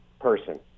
person